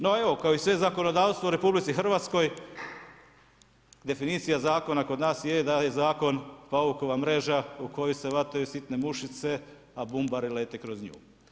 No, evo, kao i sve zakonodavstvo u RH, definicija zakona kod nas je da je zakon paukova mreža u koju se hvataju sitne mušice, a bumbari lete kroz nju.